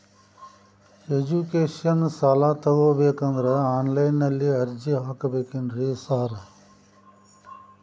Education ಸಾಲ ತಗಬೇಕಂದ್ರೆ online ನಲ್ಲಿ ಅರ್ಜಿ ಹಾಕ್ಬೇಕೇನ್ರಿ ಸಾರ್?